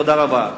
תודה רבה.